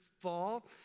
fall